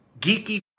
geeky